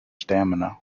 stamina